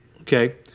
Okay